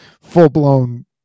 full-blown